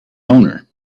owner